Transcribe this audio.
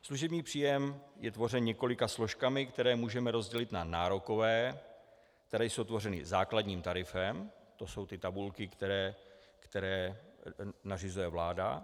Služební příjem je tvořen několika složkami, které můžeme rozdělit na nárokové, které jsou tvořeny základním tarifem, to jsou tabulky, které nařizuje vláda.